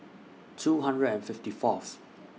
two hundred and fifty Fourth